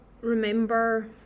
remember